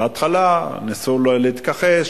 בהתחלה ניסו להתכחש,